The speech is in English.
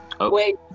wait